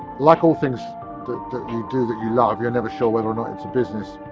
like all things, that that you do that you love, you're never sure whether or not it's a business.